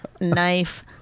knife